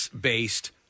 based